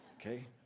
Okay